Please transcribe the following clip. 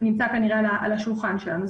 נמצא על השולחן שלנו.